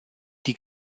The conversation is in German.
die